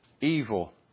Evil